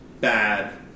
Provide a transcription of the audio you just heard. bad